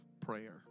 prayer